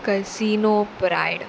casino pride